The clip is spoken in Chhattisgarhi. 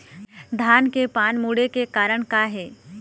धान के पान मुड़े के कारण का हे?